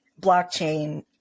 blockchain